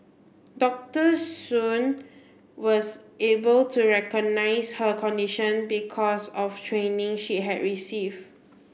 Doctor Soon was able to recognise her condition because of training she had received